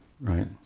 right